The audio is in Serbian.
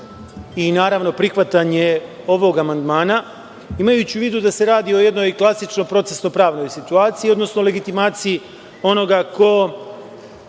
i naravno prihvatanje ovog amandmana. Imajući u vidu da se radi o jednoj klasično procesno pravnoj situaciji, odnosno legitimaciji onoga ko